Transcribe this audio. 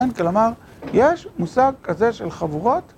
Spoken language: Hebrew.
כלומר, יש מושג כזה של חבורות...